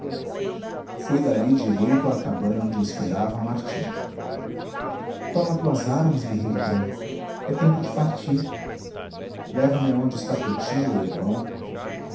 foi dali direito à cabana onde a esperava martim toma tuas armas guerreiro branco é tempo de partir leva-me aonde está poti meu irmão